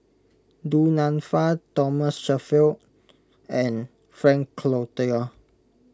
Du Nanfa Thomas Shelford and Frank Cloutier